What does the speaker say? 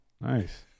Nice